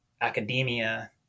academia